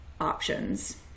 options